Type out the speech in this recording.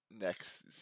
next